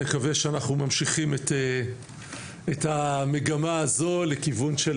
נקווה שאנחנו ממשיכים את המגמה הזו לכיוון של